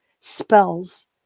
spells